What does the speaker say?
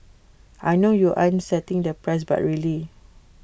I know you aren't setting the price but really